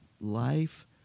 life